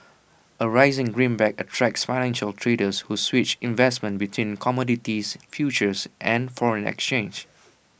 A rising greenback attracts financial traders who switch investments between commodities futures and foreign exchange